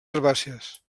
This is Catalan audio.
herbàcies